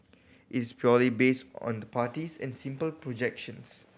it's purely based on the parties and simple projections